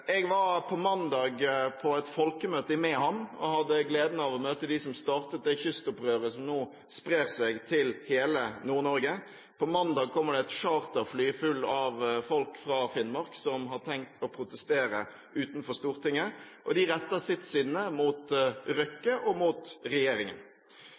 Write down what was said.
På mandag var jeg på et folkemøte i Mehamn og hadde gleden av å møte de som startet det kystopprøret som nå sprer seg til hele Nord-Norge. På mandag kommer det et charterfly fullt av folk fra Finnmark som har tenkt å protestere utenfor Stortinget, og de retter sitt sinne mot